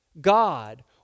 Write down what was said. God